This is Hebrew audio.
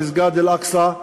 במסגד אל-אקצא,